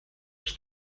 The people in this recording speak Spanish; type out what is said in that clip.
las